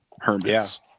hermits